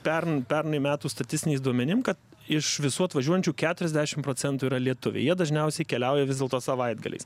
pern pernai metų statistiniais duomenim kad iš visų atvažiuojančių keturiasdešim procentų yra lietuviai jie dažniausiai keliauja vis dėlto savaitgaliais